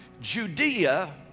Judea